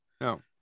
no